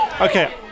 okay